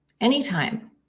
anytime